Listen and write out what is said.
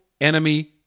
enemy